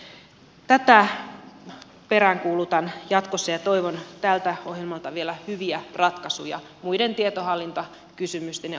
tätä peräänkuulutan jatkossa ja toivon tältä ohjelmalta vielä hyviä ratkaisuja muiden tietohallintakysymysten ja ongelmien lisäksi